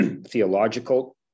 theological